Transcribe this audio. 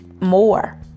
more